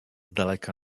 daleka